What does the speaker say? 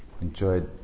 enjoyed